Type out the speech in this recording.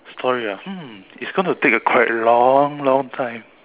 story ah hmm it's going to take a quite long long time